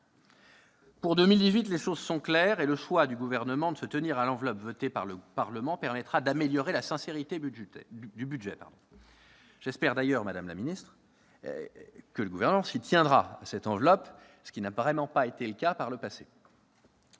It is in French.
Pour 2018, les choses sont claires et le choix du Gouvernement de se tenir à l'enveloppe votée par le Parlement permettra d'améliorer la sincérité du budget. J'espère, d'ailleurs, madame la ministre, que le Gouvernement se tiendra à cette enveloppe, ce qui n'a vraiment pas été le cas par le passé.